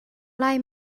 lai